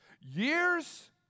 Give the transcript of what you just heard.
years